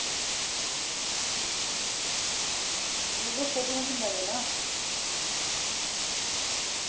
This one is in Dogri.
तुस दस्सो तुसैं किन्ना लेना